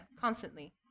constantly